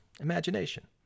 imagination